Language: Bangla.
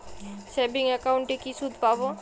সেভিংস একাউন্টে কি সুদ পাব?